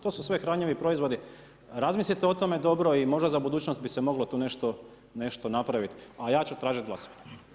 To su sve hranjivi proizvodi, razmislite o tome dobro i možda za budućnost bi se moglo tu nešto napraviti, a ja ću tražiti glasovanje.